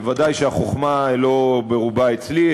ובוודאי שהחוכמה לא ברובה אצלי,